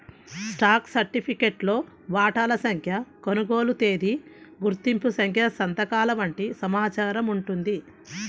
stock సర్టిఫికేట్లో వాటాల సంఖ్య, కొనుగోలు తేదీ, గుర్తింపు సంఖ్య సంతకాలు వంటి సమాచారం ఉంటుంది